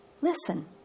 Listen